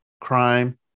crime